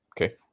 Okay